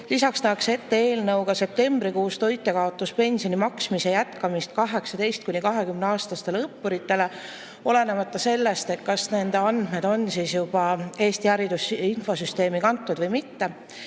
Lisaks nähakse eelnõuga ette septembrikuus toitjakaotuspensioni maksmise jätkamist 18–20-aastastele õppuritele, olenemata sellest, kas nende andmed on juba Eesti Hariduse Infosüsteemi kantud või mitte.